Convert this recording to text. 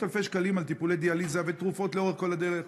אלפי שקלים על טיפולי דיאליזה ותרופות לאורך כל הדרך,